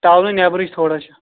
ٹاونہٕ نیٚبرٕے تھوڑا چھُ